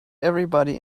everybody